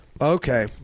Okay